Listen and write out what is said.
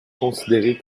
considéré